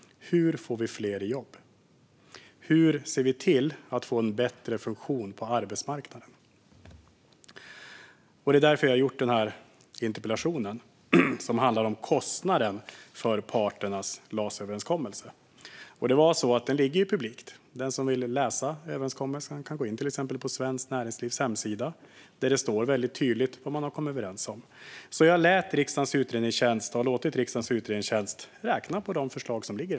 Hur får vi fler i jobb? Hur ser vi till att få en bättre funktion på arbetsmarknaden? Det är därför jag har ställt den här interpellationen, som handlar om kostnaden för parternas LAS-överenskommelse. Den ligger ute publikt; den som vill läsa överenskommelsen kan gå in på till exempel Svenskt Näringslivs hemsida. Där står det tydligt vad man har kommit överens om. Jag har låtit riksdagens utredningstjänst räkna på de förslag som ligger.